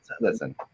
Listen